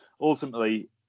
ultimately